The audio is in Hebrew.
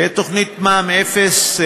תוכנית מע"מ אפס.